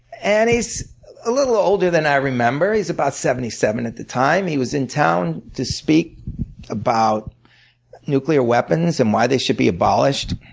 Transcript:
and he's a little older than i remember he's about seventy seven at the time. he was in town to speak about nuclear weapons and why they should be abolished.